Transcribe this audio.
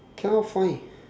cannot find